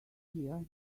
here